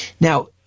Now